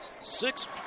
Six